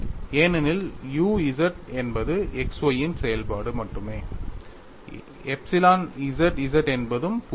ஏனெனில் u z என்பது x y இன் செயல்பாடு மட்டுமே எப்சிலன் z z என்பதும் 0